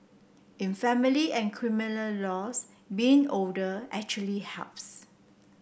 in family and criminal laws being older actually helps